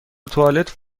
توالت